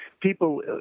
people